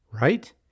right